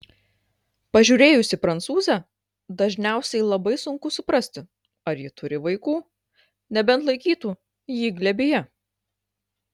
pažiūrėjus į prancūzę dažniausiai labai sunku suprasti ar ji turi vaikų nebent laikytų jį glėbyje